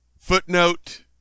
footnote